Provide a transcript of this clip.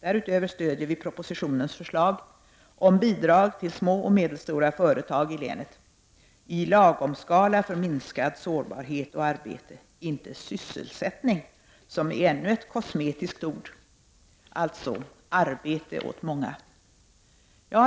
Därutöver stöder vi propositionens förslag om bidrag till små och medelstora företag i länet, i lagom skala för minskad sårbarhet och arbete, inte till sysselsättning, som är ännu ett kosmetiskt ord — alltså arbete åt många.